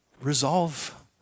resolve